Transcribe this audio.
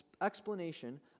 explanation